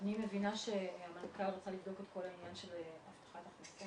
אני מבינה שהמנכ"ל רצה לבדוק את כל העניין של הבטחת הכנסה